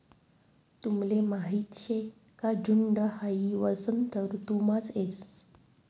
तुमले माहीत शे का झुंड हाई वसंत ऋतुमाच येस